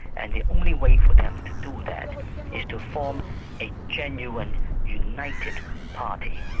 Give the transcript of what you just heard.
and the only way for them to do that is to form a genuine united party,